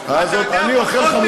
אני אוכל חמוצים,